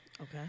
Okay